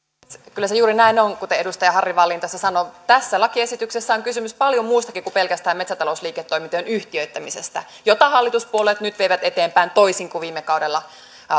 kyllä se juuri näin on kuten edustaja harry wallin tässä sanoi tässä lakiesityksessä on kysymys paljon muustakin kuin pelkästään metsätalousliiketoimintojen yhtiöittämisestä jota hallituspuolueet nyt vievät eteenpäin toisin kuin viime kaudella